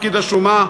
פקיד השומה,